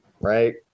Right